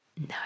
No